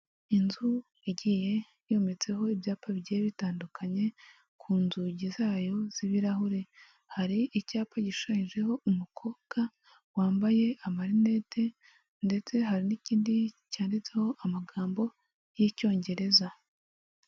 Inzu igiye yometseho ibyapa bigiye bitandukanye ku nzugi zayo z'ibirahure, hari icyapa gishushanyijeho umukobwa wambaye amarinete ndetse hari n'ikindi cyanditseho amagambo y'icyongereza.